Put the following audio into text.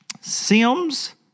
Sims